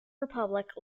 republic